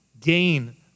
gain